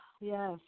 Yes